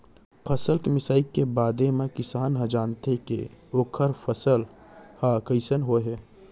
फसल के मिसाई के बादे म किसान ह जानथे के ओखर फसल ह कइसन होय हे